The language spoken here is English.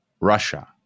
Russia